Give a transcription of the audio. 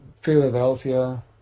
Philadelphia